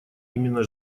именно